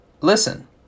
listen